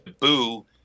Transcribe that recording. boo